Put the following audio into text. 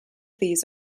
these